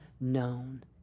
known